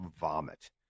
vomit